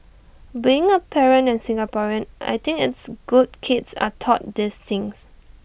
being A parent and Singaporean I think it's good kids are taught these things